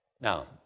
Now